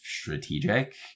strategic